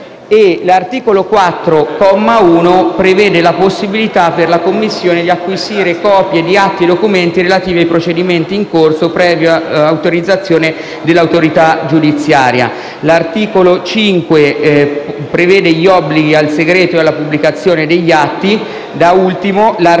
L'articolo 4, comma 1, prevede la possibilità per la Commissione di acquisire copie di atti e documenti relativi ai procedimenti in corso, previa autorizzazione dell'autorità giudiziaria. L'articolo 5 prevede l'obbligo del segreto per la pubblicazione degli atti.